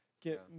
get